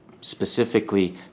specifically